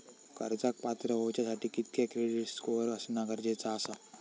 कर्जाक पात्र होवच्यासाठी कितक्या क्रेडिट स्कोअर असणा गरजेचा आसा?